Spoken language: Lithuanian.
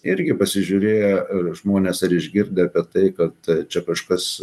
irgi pasižiūrėję žmonės ar išgirdę apie tai kad čia kažkas